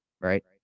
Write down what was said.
right